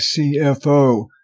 CFO